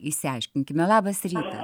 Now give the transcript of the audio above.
išsiaiškinkime labas rytas